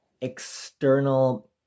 external